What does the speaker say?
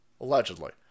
allegedly